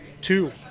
two